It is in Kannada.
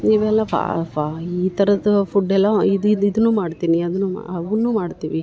ನೀವೆಲ್ಲಪ ಪ ಈ ಥರದು ಫುಡೆಲ್ಲ ಇದು ಇದು ಇದುನು ಮಾಡ್ತೀನಿ ಅದುನು ಮಾ ಅವುನ್ನು ಮಾಡ್ತೀವಿ